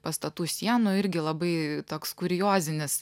pastatų sienų irgi labai toks kuriozinis